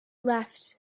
left